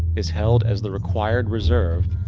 is held as the required reserve,